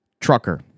trucker